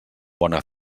bona